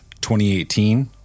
2018